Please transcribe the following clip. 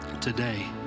today